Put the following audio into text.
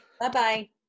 Bye-bye